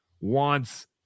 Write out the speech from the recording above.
wants